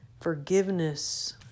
forgiveness